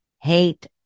hate